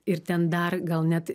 ir ten dar gal net